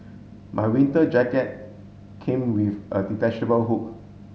my winter jacket came with a detachable hood